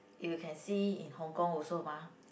you can see in Hong-Kong also mah